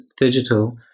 digital